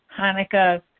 Hanukkah